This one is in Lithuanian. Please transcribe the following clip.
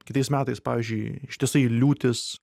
kitais metais pavyzdžiui ištisai liūtys